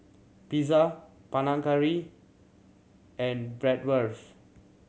Pizza Panang Curry and Bratwurst